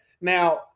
Now